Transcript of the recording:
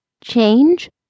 Change